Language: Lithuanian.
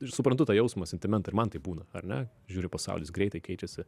ir suprantu tą jausmą sentimentą ir man taip būna ar ne žiūri pasaulis greitai keičiasi